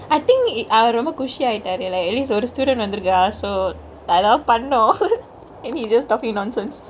I think it~ அவரு ரோம்ப குஷி ஆயிட்டாரு:avaru rombe kushi aayitaaru like at least oru student வந்துருக்கா:vanthuruka so அதா பன்னோ:athaa panno maybe he's just talkingk nonsense